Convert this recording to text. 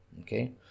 Okay